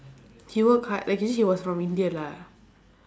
he work hard like actually he was from india lah